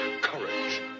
Courage